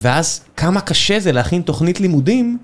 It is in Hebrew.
ואז כמה קשה זה להכין תוכנית לימודים?